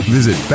Visit